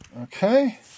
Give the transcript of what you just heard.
Okay